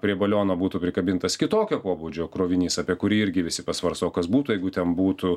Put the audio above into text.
prie baliono būtų prikabintas kitokio pobūdžio krovinys apie kurį irgi visi pasvarsto o kas būtų jeigu ten būtų